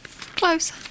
Close